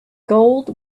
gold